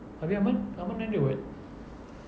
abeh aman aman ada [what]